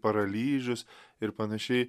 paralyžius ir panašiai